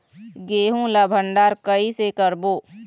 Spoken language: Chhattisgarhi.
गेहूं ला भंडार कई से करबो?